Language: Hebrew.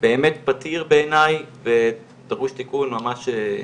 זה באמת פתיר בעיניי וזה דורש תיקון מידי.